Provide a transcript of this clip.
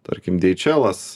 tarkim deičelas